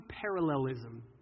parallelism